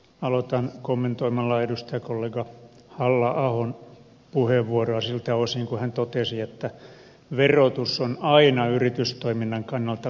aloitan kommentoimalla edustajakollega halla ahon puheenvuoroa siltä osin kun hän totesi että verotus on aina yritystoiminnan kannalta kielteistä